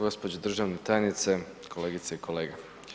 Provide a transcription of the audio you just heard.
Gospođo državna tajnice, kolegice i kolege.